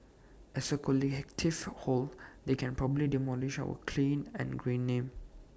as A collective whole they can probably demolish our clean and green name